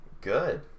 Good